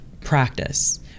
practice